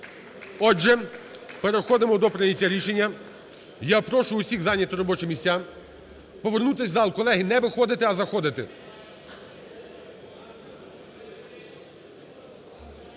Отже, переходимо до прийняття рішення. Я прошу всіх зайняти робочі місця, повернутись у зал, колеги, не виходити, а заходити.